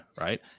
right